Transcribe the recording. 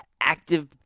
active